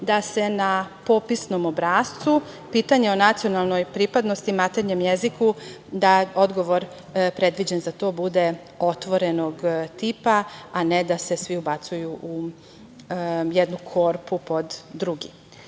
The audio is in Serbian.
da se na popisnom obrascu pitanje o nacionalnoj pripadnosti maternjem jeziku da odgovor predviđen za to bude otvorenog tipa, a ne da se svi ubacuju u jednu korpu pod drugi.Zašto